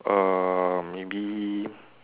err maybe